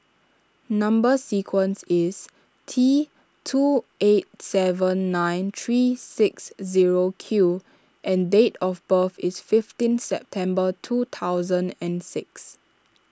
Number Sequence is T two eight seven nine three six zero Q and date of birth is fifteen September two thousand and six